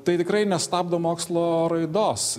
tai tikrai nestabdo mokslo raidos